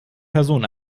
person